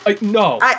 No